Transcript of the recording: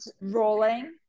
rolling